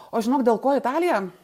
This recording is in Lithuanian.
o žinok dėl ko italija